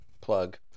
plug